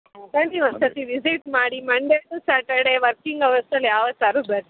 ಬನ್ನಿ ಒಂದು ಸರ್ತಿ ವಿಸಿಟ್ ಮಾಡಿ ಮಂಡೇ ಟು ಸಾಟರ್ಡೆ ವರ್ಕಿಂಗ್ ಅವರ್ಸಲ್ಲಿ ಯಾವತ್ತಾದ್ರು ಬರ್ರಿ